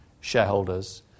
shareholders